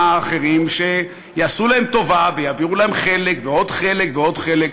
האחרים שיעשו להם טובה ויעבירו להם חלק ועוד חלק ועוד חלק,